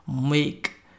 make